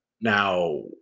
Now